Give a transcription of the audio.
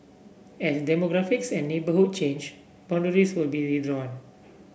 an demographics and neighbourhood change boundaries will be redrawn